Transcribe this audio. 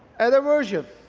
add a version